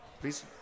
please